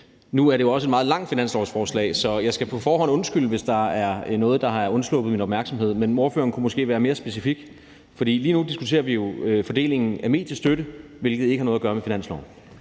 Nu er det jo også et meget langt finanslovsforslag, så jeg skal på forhånd undskylde, hvis der er noget, der er undsluppet min opmærksomhed. Men ordføreren kunne måske være mere specifik? For lige nu diskuterer vi jo fordelingen af mediestøtte, hvilke ikke har noget med finansloven